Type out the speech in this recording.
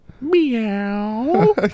Meow